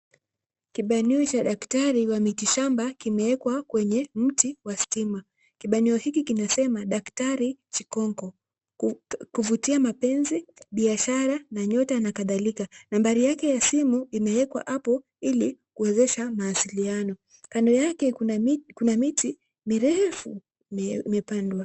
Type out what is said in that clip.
Kibanio cha daktari wa mitishamba kimeekwa kwenye miti wa stima, kibanio hiki kinasema daktari Chikonko, kuvutia mapenzi, biashara ya nyota na kadhalika. Nambari yake ya simu imewekwa hapo ili kuwezesha mawasiliano, kando yake kuna miti mirefu imepandwa.